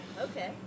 Okay